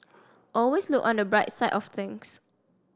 always look on the bright side of things